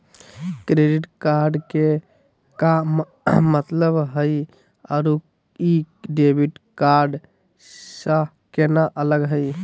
Credit card के का मतलब हई अरू ई डेबिट कार्ड स केना अलग हई?